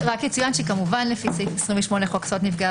יצוין שלפי סעיף 28 לחוק זכויות נפגעי